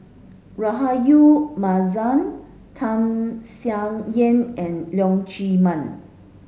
Rahayu Mahzam Tham Sien Yen and Leong Chee Mun